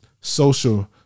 social